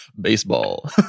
Baseball